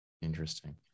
Interesting